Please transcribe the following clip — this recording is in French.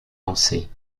lancée